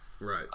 Right